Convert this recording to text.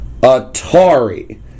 Atari